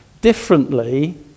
differently